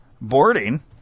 boarding